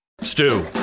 Stew